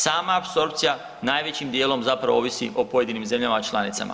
Sama apsorpcija najvećim dijelom zapravo ovisi o pojedinim zemljama članicama.